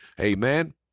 amen